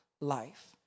life